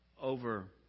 over